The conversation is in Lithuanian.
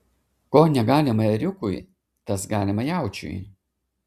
ko negalima ėriukui tas galima jaučiui